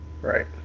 Right